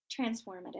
Transformative